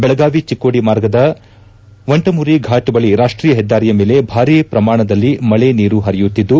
ಬೆಳಗಾವಿ ಚಿಕೋಡಿ ಮಾರ್ಗದ ವಂಟಮುರಿ ಫಾಟ್ ಬಳಿ ರಾಷ್ಷೀಯ ಹೆದ್ದಾರಿಯ ಮೇಲೆ ಭಾರೀ ಪ್ರಮಾಣದಲ್ಲಿ ಮಳೆ ನೀರು ಪರಿಯುತ್ತಿದ್ದು